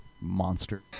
Monster